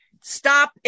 Stop